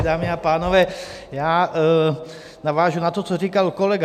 Dámy a pánové, já navážu na to, co říkal kolega.